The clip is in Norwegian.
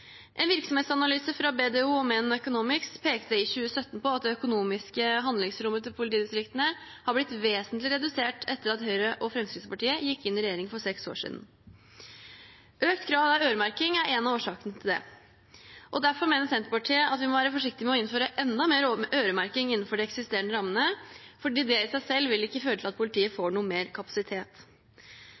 En virksomhetsanalyse fra BDO og Menon Economics pekte i 2017 på at det økonomiske handlingsrommet til politidistriktene er blitt vesentlig redusert etter at Høyre og Fremskrittspartiet gikk i regjering for seks år siden. Økt grad av øremerking er en av årsakene til det. Derfor mener Senterpartiet at vi må være forsiktige med å innføre enda mer øremerking innenfor de eksisterende rammene, for det i seg selv vil ikke føre til at politiet får noe mer kapasitet.